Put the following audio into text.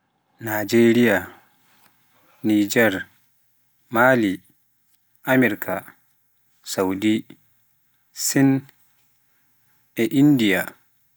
Naajeeriya, Niijeer, Maali, Amirka, Sawdi, Sin, e Inndiya